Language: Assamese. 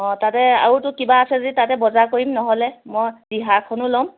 অঁ তাতে আৰু তোৰ কিবা বজাৰ আছে যদি তাতে কৰিম নহ'লে মই ৰিহা এখনো ল'ম